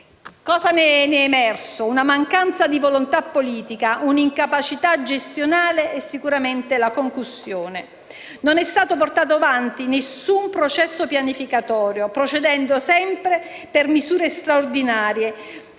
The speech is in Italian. Ne è emersa una mancanza di volontà politica, un'incapacità gestionale e sicuramente la concussione. Non è stato portato avanti nessun processo pianificatorio, procedendo sempre per misure straordinarie